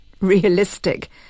realistic